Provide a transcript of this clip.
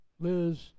Liz